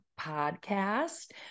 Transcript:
podcast